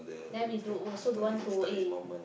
then we don't also don't want to eh